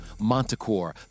Montecor